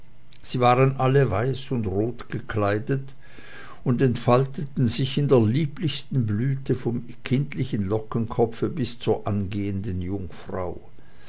sie waren alle weiß und rot gekleidet und entfalteten sich in der lieblichsten blüte vom kindlichen lockenkopfe bis zur angehenden jungfrau